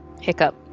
Hiccup